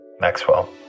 Maxwell